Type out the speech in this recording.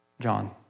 John